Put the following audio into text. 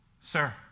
Sir